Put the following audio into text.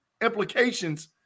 implications